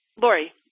Lori